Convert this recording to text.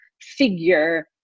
figure